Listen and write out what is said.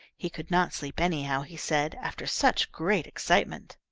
he could not sleep anyhow, he said, after such great excitement.